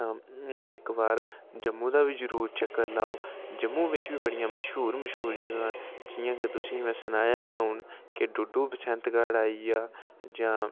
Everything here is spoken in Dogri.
इक बार जम्मू दा बी जरूर चक्कर लाओ जम्मू बिच' बी बड़ियां मश्हूर मश्हूर जगहां न जि'यां गै में तुसेंगी सनाया गै उन्न के डुडू बसंतगढ़ आई गेआ